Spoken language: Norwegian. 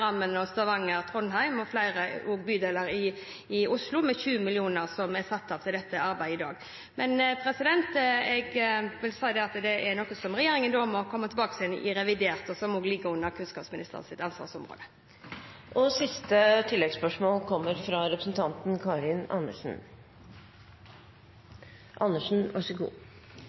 Stavanger og Trondheim og flere bydeler i Oslo. 20 mill. kr er satt av til dette arbeidet i dag. Jeg vil si at dette er noe som regjeringen må komme tilbake til i revidert, og som ligger under kunnskapsministerens ansvarsområde. Karin Andersen – til oppfølgingsspørsmål. En strategi med mer gratis barnehage og